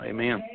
Amen